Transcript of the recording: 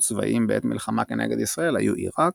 צבאיים בעת מלחמה כנגד ישראל היו עיראק,